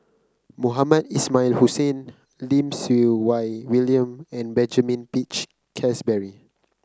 Mohamed Ismail Hussain Lim Siew Wai William and Benjamin Peach Keasberry